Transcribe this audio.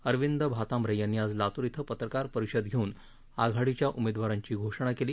अरविंद भातांब्रे यांनी आज लातूर इथं पत्रकार परिषद घेऊन आघाडीच्या उमेदवारांच्या नावांची घोषणा केली